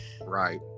Right